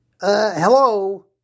Hello